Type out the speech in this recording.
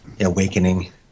awakening